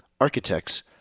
architects